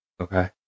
Okay